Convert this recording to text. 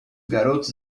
garotos